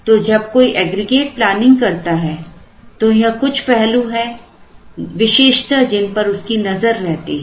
तो जब कोई एग्रीगेट प्लानिंग करता है तो यह कुछ पहलू है विशेषत जिन पर उसकी नजर रहती है